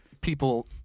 people